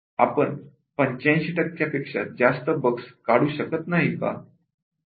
आपण 85 टक्क्यांपेक्षा जास्त बग्स काढू शकत नाही का